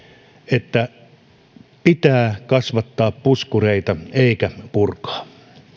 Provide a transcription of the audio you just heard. että pitää kasvattaa puskureita eikä purkaa